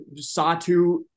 Satu